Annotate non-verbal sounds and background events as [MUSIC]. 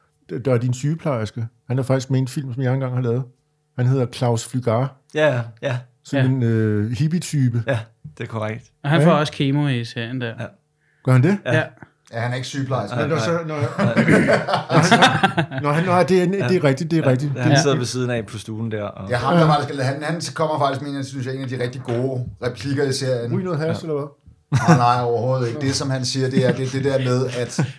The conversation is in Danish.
Der er din sygeplejerske. Han er faktisk med i en film, som jeg engang har lavet. Han hedder Claus Flygare. Ja, ja. Sådan Ja. en, øh, hippie-type. Ja, det er korrekt. Og han Ja, får ikke? også kemo i serien der. Ja. Gør han det? Ja. Ja. Ja, han er ikke sygeplejerske. Nej, Men når nej. [LAUGHS] [LAUGHS] så- når- Nej. Når han- [LAUGHS] når han- Nå, det er- det er Ja. rigtigt, det er Ja. rigtigt. Han Det er- sidder ved siden af på stuen der, og- Ja, han er der Ja. faktisk er- han- han kommer faktisk med en af- synes jeg, en af de rigtig gode replikker i serien. Ui, noget hash, Ja. eller hvad? Nej, nej, overhovedet ikke. [LAUGHS] Det, som han siger, det er- det- det der med, at-